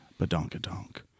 badonka-donk